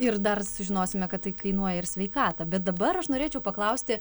ir dar sužinosime kad tai kainuoja ir sveikatą bet dabar aš norėčiau paklausti